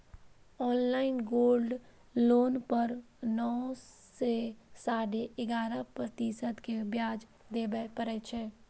online gold loan पर नौ सं साढ़े ग्यारह प्रतिशत के ब्याज देबय पड़ै छै